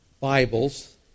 Bibles